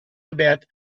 about